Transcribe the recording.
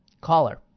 Caller